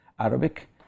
Arabic